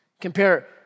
Compare